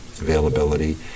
availability